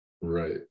right